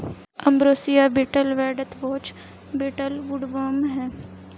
ambrosia beetle व deathwatch beetle woodworm हैं